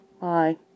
Bye